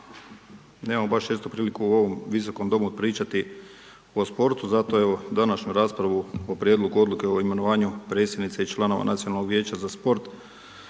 nemamo baš često priliku u ovom visokom domu pričati o sportu, zato evo, današnju raspravu o prijedlogu odluke o imenovanju predsjednice i članova Nacionalnog vijeća za sport